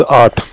art